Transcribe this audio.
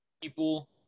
people